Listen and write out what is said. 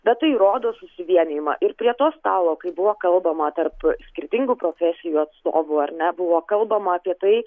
bet tai rodo susivienijimą ir prie to stalo kaip buvo kalbama tarp skirtingų profesijų atstovų ar ne buvo kalbama apie tai